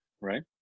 right